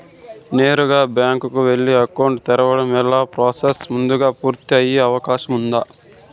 నేరుగా బ్యాంకు కు వెళ్లి అకౌంట్ తెరవడం వల్ల ప్రాసెస్ ముందుగా పూర్తి అయ్యే అవకాశం ఉందా?